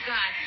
God